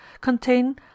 contain